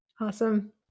Awesome